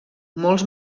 molts